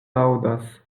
laŭdas